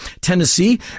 Tennessee